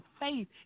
faith